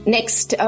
Next